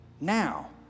now